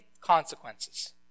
consequences